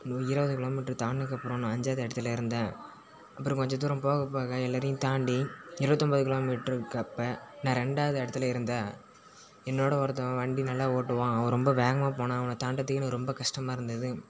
இன்னும் இருபது கிலோமீட்டர் தாண்டுனதுக்கு அப்புறம் நான் அஞ்சாவது இடத்துல இருந்தேன் அப்புறம் கொஞ்ச தூரம் போக போக எல்லோரையும் தாண்டி இருபத்தி ஒன்பது கிலோமீட்டருக்கு அப்போ நான் ரெண்டாவது இடத்துல இருந்தேன் என்னோடய ஒருத்தவன் வண்டி நல்லா ஓட்டுவான் அவன் ரொம்ப வேகமாக போனான் அவனை தாண்டுகிறதுக்கே எனக்கு ரொம்ப கஷ்டமாக இருந்தது